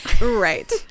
right